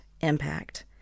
impact